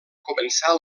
començar